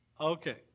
Okay